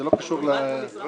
זה לא קשור לאוצר.